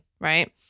Right